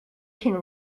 can